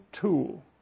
tool